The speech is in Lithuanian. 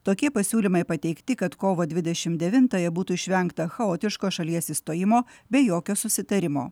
tokie pasiūlymai pateikti kad kovo dvidešim devintąją būtų išvengta chaotiško šalies išstojimo be jokio susitarimo